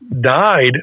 died